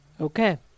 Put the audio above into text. Okay